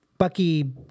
Bucky